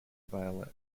violet